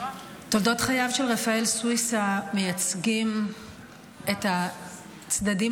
תולדות חייו של רפאל סויסה מייצגים את הצדדים